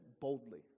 boldly